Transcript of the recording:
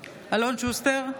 אלון שוסטר,